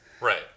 right